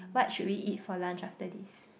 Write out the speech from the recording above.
what should we eat for lunch after this